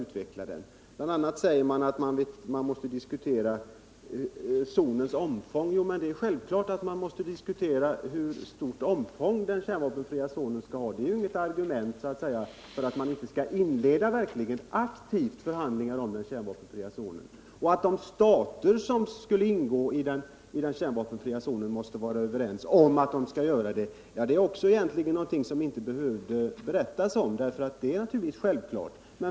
BI. a. sägs det att man måste diskutera zonens omfång. Ja, självklart måste man diskutera den saken, men det är inget argument för att inte inleda aktiva förhandlingar om en kärnvapenfri zon. Att de stater som skall ingå i den kärnvapenfria zonen måste vara överens är också någonting självklart.